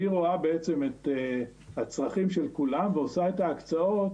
והיא רואה בעצם את הצרכים של כולם ועושה את ההקצאות